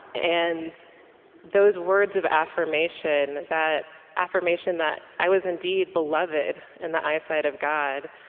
and those words of affirmation, that affirmation that i was, indeed, beloved in the eyesight of god,